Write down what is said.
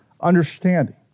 understanding